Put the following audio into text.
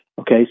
Okay